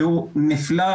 והוא נפלא.